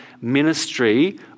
ministry